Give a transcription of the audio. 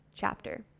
Chapter